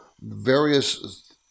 various